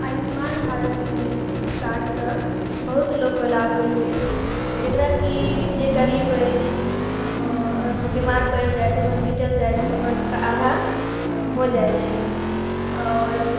आयुष्मान भारत कार्डसँ बहुत लोकके लाभ होइत अछि जकरा कि जे गरीब अछि बीमार पड़ि जाइ छथि हॉस्पिटल जाइ छथि तऽ हुनका सभके आधा भऽ जाइ छै आओर